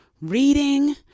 reading